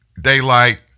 daylight